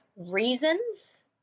reasons